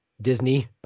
Disney